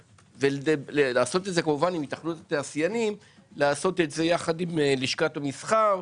לעשות את זה יחד עם התאחדות התעשיינים ויחד עם לשכת המסחר,